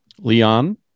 Leon